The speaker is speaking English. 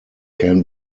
can